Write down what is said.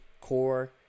core